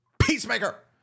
peacemaker